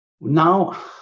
Now